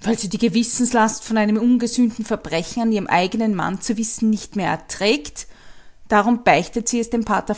weil sie die gewissenslast von einem ungesühnten verbrechen an ihrem eigenen mann zu wissen nicht mehr erträgt darum beichtet sie es dem pater